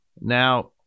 Now